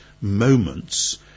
moments